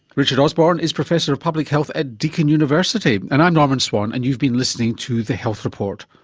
richard osborne is professor of public health at deakin university. and i'm norman swan, and you've been listening to the health report.